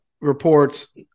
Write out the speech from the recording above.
reports